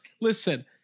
listen